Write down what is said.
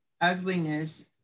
ugliness